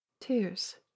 Tears